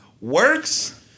works